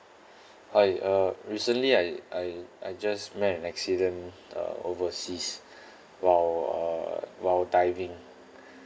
hi uh recently I I I just met an accident uh overseas while uh while diving